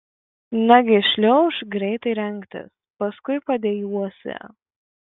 nagi šliaužk greitai rengtis paskui padejuosi